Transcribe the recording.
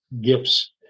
gifts